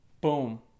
Boom